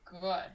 good